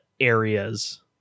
areas